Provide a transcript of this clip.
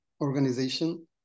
organization